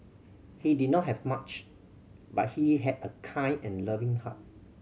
he did not have much but he had a kind and loving heart